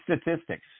statistics